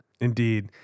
Indeed